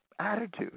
attitude